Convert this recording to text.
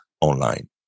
online